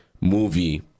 movie